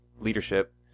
leadership